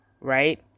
right